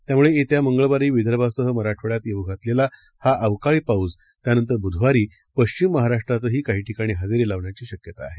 त्यामुळे येत्या मंगळवारी विदर्भासह मराठवाड्यात येऊ घातलेला हा अवकाळी पाऊस त्यानंतर बुधवारी पश्विम महाराष्ट्रातही काही ठिकाणी हजेरी लावण्याची शक्यता आहे